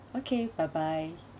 okay bye bye